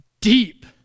deep